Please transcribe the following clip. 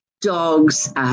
dogs